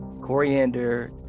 coriander